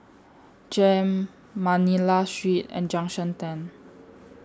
Jem Manila Street and Junction ten